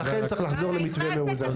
ולכן צריך לחזור למתווה מאוזן.